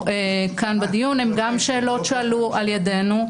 כאן בדיון גם שאלות שהועלו על ידינו.